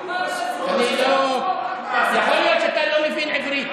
יכול להיות שאתה לא מבין עברית.